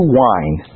wine